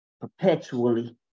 Perpetually